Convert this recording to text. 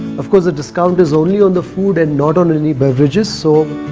of course the discount is only on the food and not on any beverages. so.